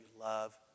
love